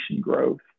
growth